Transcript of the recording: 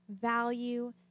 value